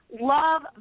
love